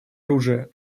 оружия